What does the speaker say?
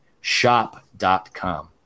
Shop.com